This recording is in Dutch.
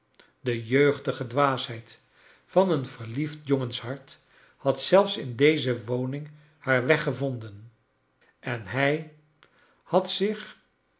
de jeugdige dwaasheid van een verliefd jongenshart had zelfs in deze woning haar weg gevonden en hij had zich